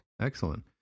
Excellent